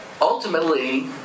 ultimately